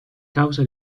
causa